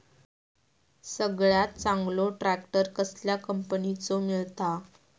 सगळ्यात चांगलो ट्रॅक्टर कसल्या कंपनीचो मिळता?